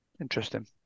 Interesting